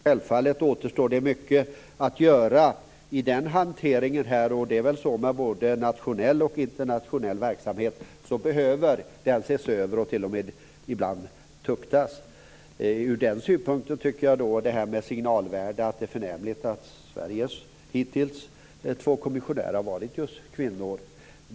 Fru talman! Jag har inte så mycket att tillägga mer än att det när det gäller globaliseringen självfallet återstår mycket att göra. Det är väl så med både nationell och internationell verksamhet att den behöver ses över och ibland t.o.m. tuktas. Ur den synpunkten tycker jag att det har ett förnämligt signalvärde att Sveriges två kommissionärer hittills just har varit kvinnor.